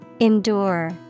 Endure